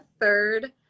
third